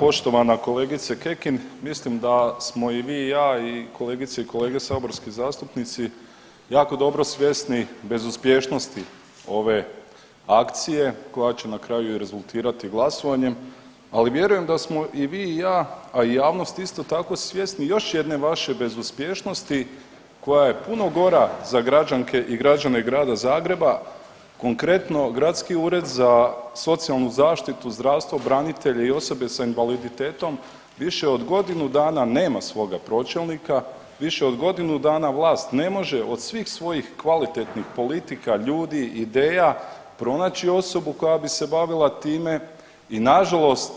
Poštovana kolegice Kekin, mislim da smo i vi i ja i kolegice i kolege saborski zastupnici jako dobro svjesni bezuspješnosti ove akcije koja će na kraju i rezultirati glasovanjem, ali vjerujem da smo i vi i ja, a i javnost isto tako svjesni još jedne vaše bezuspješnosti koja je puno gora za građanke i građane Grada Zagreba, konkretno Gradski ured za socijalnu zaštitu, zdravstvo, branitelje i osobe sa invaliditetom više od godinu dana nema svoga pročelnika, više od godinu dana vlast ne može od svih svojih kvalitetnih politika, ljudi i ideja pronaći osobu koja bi se bavila time i nažalost